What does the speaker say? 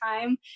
time